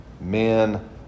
Men